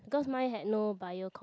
because mine had no bio com~